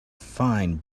fine